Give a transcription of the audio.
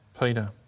Peter